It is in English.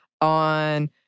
on